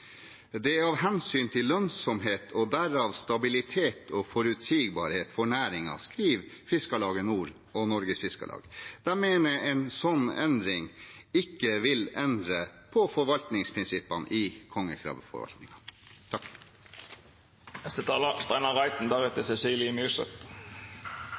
av hensyn til lønnsomhet og derav stabilitet og forutsigbarhet for næringa.» De mener en slik endring ikke vil endre på forvaltningsprinsippene i